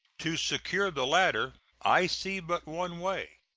to secure the latter i see but one way,